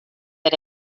had